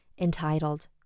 entitled